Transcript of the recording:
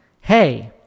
hey